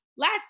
last